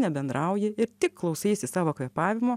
nebendrauji ir tik klausaisi savo kvėpavimo